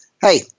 Hey